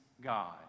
God